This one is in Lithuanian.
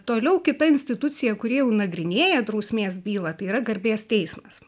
toliau kita institucija kuri jau nagrinėja drausmės bylą tai yra garbės teismas